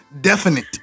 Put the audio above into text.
definite